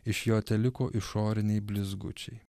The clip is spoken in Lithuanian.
iš jo teliko išoriniai blizgučiai